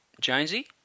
Jonesy